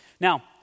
Now